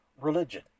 religion